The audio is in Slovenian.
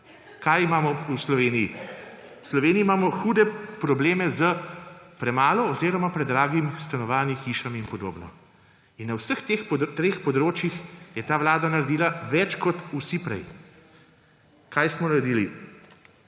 Kaj imamo v Sloveniji? V Sloveniji imamo hude probleme s premalo oziroma predragimi stanovanji, hišami in podobno in na vseh teh treh področjih je ta vlada naredila več kot vsi prej. Kaj smo naredili?